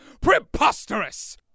PREPOSTEROUS